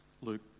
Luke